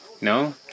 No